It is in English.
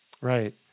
Right